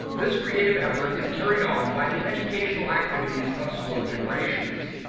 this creative effort is carried on by the educational activities of slow generations.